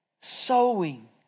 Sowing